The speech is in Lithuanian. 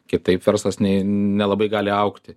kitaip verslas nei nelabai gali augti